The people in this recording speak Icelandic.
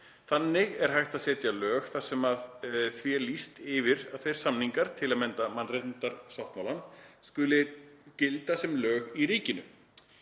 Þannig er hægt að setja lög þar sem því er lýst yfir að þeir samningar, sem mynda mannréttindasáttmálann, skuli gilda sem lög í ríkinu.